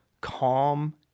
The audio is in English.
calm